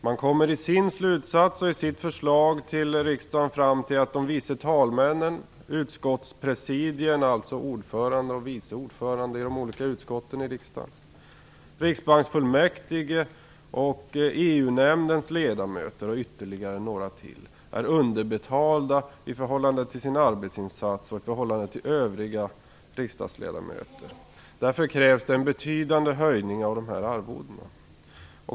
Man kommer i sin slutsats och i sitt förslag till riksdagen fram till att de vice talmännen, utskottspresidierna - alltså ordförande och vice ordförande i de olika utskotten i riksdagen - riksbanksfullmäktige, EU-nämndens ledamöter och ytterligare några till är underbetalda i förhållande till sina arbetsinsatser och i förhållande till övriga riksdagsledamöter. Därför krävs det en betydande höjning av dessa arvoden.